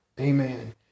Amen